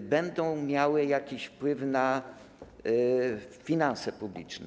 będą miały jakiś wpływ na finanse publiczne?